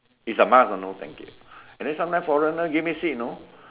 its a must you know no thank you and then sometimes foreigner give me seat you know